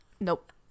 nope